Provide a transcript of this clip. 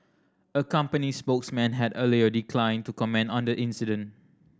a company spokesman had earlier declined to comment on the incident